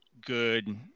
good